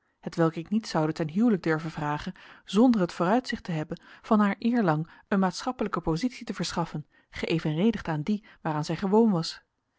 hetwelk ik niet zoude ten huwelijk durven vragen zonder het vooruitzicht te hebben van haar eerlang een maatschappelijke positie te verschaffen geëvenredigd aan die waaraan zij gewoon was